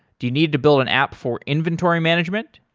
do you need to build an app for inventory management?